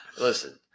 listen